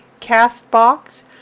Castbox